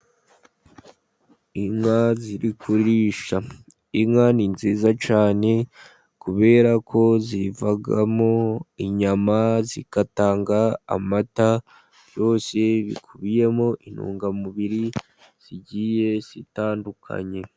Inka ziri kurisha. Inka ni nziza cyane kubera ko zivamo inyama zigatanga amata, byose bikubiyemo intungamubiri zigiye zitandukanye.